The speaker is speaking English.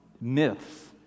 myths